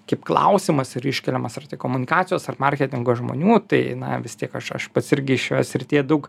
kaip klausimas yra iškeliamas ar tai komunikacijos ar marketingo žmonių tai na vis tiek aš aš pats irgi šioje srityje daug